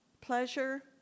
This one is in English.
pleasure